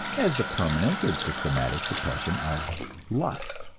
as the permanent and systematic suppression of lust.